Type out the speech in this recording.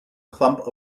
clump